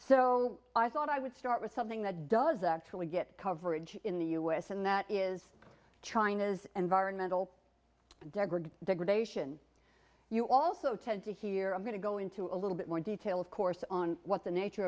so i thought i would start with something that does actually get coverage in the u s and that is china's environmental degradation you also tend to hear i'm going to go into a little bit more detail of course on what the nature